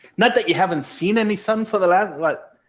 not that you haven't seen any sun for the last what?